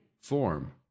form